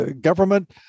government